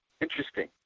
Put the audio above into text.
Interesting